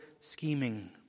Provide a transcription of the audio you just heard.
scheming